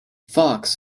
fox